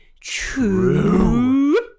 true